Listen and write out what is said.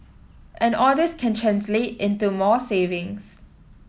and all this can translate into more savings